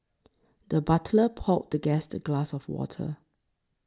the butler poured the guest a glass of water